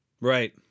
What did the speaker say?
Right